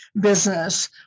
business